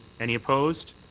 any opposed?